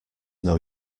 know